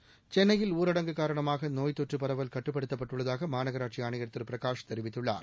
seconds சென்னையில் ஊரடங்கு காரணமாக நோய் தொற்று பரவல் கட்டுப்படுத்தப்பட்டுள்ளதாக மாநகராட்சி ஆணையர் திரு பிரகாஷ் தெரிவித்துள்ளார்